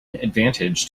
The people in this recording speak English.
advantage